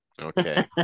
Okay